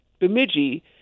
Bemidji